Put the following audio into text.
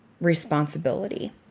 responsibility